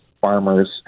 farmers